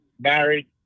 married